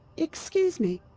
excuse me,